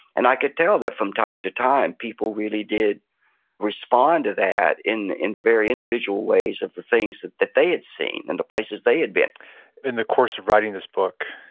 and i could tell that from time to time, people really did respond to that in in the very individual ways of the things that that they had seen and the places they had been in the course of writing this book,